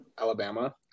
Alabama